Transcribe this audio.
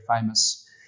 famous